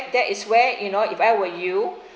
that is where you know if I were you